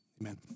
amen